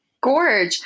Gorge